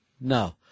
no